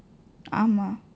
ஆமாம்:aamaam